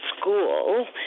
school